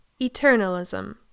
Eternalism